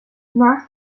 nach